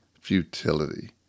futility